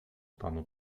panu